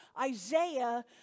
Isaiah